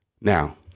Now